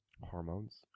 hormones